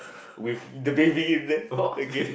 with the baby there okay